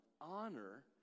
Honor